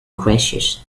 gracious